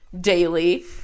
Daily